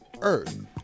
earth